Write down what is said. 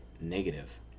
negative